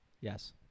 Yes